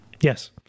Yes